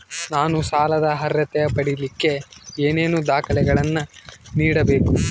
ನಾನು ಸಾಲದ ಅರ್ಹತೆ ಪಡಿಲಿಕ್ಕೆ ಏನೇನು ದಾಖಲೆಗಳನ್ನ ನೇಡಬೇಕು?